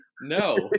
no